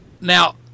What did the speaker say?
Now –